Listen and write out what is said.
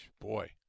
Boy